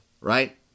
right